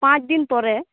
ᱯᱟᱸᱪᱫᱤᱱ ᱯᱚᱨᱮ